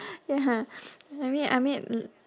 ya I mean I mean